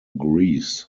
greece